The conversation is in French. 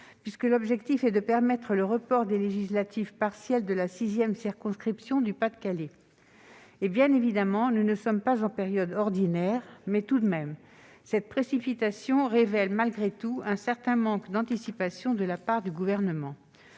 puisque l'objectif est de permettre le report des élections législatives partielles de la sixième circonscription du Pas-de-Calais. Bien évidemment, nous ne sommes pas en période ordinaire, mais tout de même ! Cette précipitation révèle un certain manque d'anticipation de la part du Gouvernement.